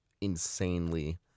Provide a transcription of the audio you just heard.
Insanely